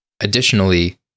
Additionally